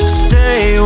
stay